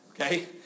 okay